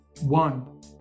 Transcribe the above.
One